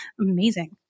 amazing